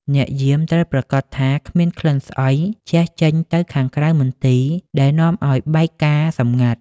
អ្នកយាមត្រូវប្រាកដថាគ្មានក្លិនស្អុយជះចេញទៅខាងក្រៅមន្ទីរ ដែលនាំឱ្យបែកការណ៍សម្ងាត់។